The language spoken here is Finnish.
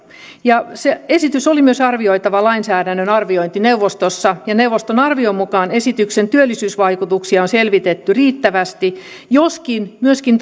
ja esitys oli arvioitavana myös lainsäädännön arviointineuvostossa ja neuvoston arvion mukaan esityksen työllisyysvaikutuksia on selvitetty riittävästi joskin myöskin